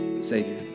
Savior